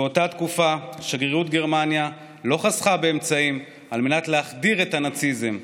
באותה תקופה שגרירות גרמניה לא חסכה באמצעים על מנת להחדיר את הנאציזם,